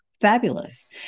Fabulous